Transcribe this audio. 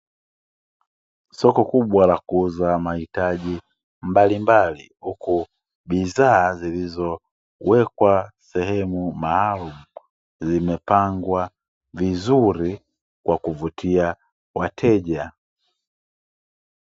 Soko kubwa la kuuza mahitaji mbalimbali, huku bidhaa zilizowekwa sehemu maalumu zimepangwa vizuri, kwa kuvutia wateja.